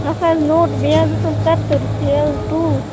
اَکھ حظ نوٚٹ بیٚیہِ حظ اوسُم کَتٕر بیٚیہِ حظ ڈُل